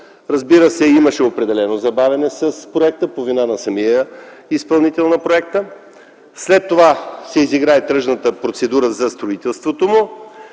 на моста. Имаше определено забавяне с проекта по вина на изпълнителя на проекта. След това се изигра тръжната процедура за строителството му